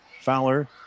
Fowler